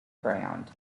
ground